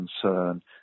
concern